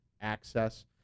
access